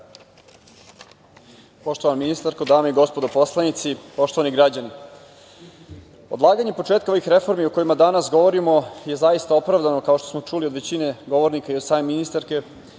Poštovana ministarko, dame i gospodo poslanici, poštovani građani, odlaganje početka ovih reformi o kojima danas govorimo je zaista opravdano kao što smo čuli od većine govornika i od same ministarke,